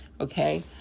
okay